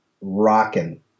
rocking